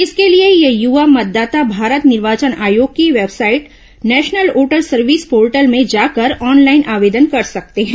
इसके लिए ये युवा मतदाता भारत निर्वाचन आयोग की website national voter service portal में जाकर ऑनलाइन आवेदन कर सकते हैं